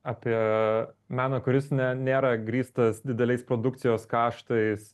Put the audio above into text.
apie meną kuris ne nėra grįstas dideliais produkcijos kaštais